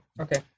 Okay